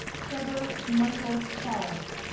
trevor michael follis,